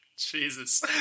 Jesus